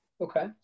Okay